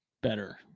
better